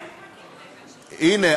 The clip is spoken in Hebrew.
הנה,